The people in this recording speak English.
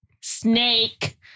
snake